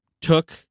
took